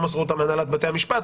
לא מסרו אותה מהנהלת בתי המשפט,